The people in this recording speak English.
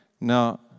Now